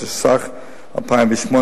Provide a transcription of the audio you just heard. התשס"ח 2008,